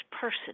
person